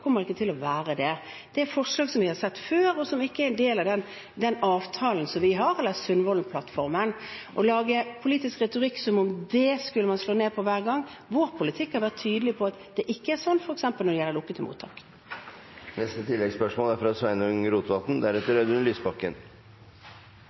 som vi har sett før, og som ikke er en del av den avtalen som vi har, eller av Sundvolden-plattformen. Å lage politisk retorikk som om det var noe man skulle slå ned på hver gang – vår politikk har vært tydelig på at den ikke er sånn, f.eks. når det gjelder lukkede mottak. Sveinung Rotevatn – til